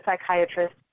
psychiatrist